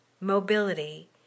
mobility